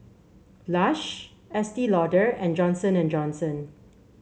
Lush Estee Lauder and Johnson And Johnson